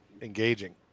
engaging